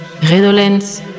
Redolence